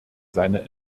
seine